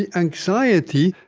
and anxiety,